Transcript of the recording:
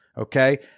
Okay